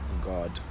God